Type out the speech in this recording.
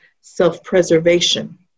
self-preservation